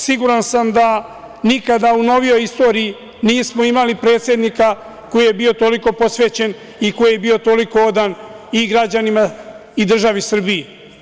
Siguran sam da nikada u novijoj istoriji nismo imali predsednika koji je bio toliko posvećen i koji je bio toliko odan i građanima i državi Srbiji.